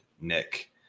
Nick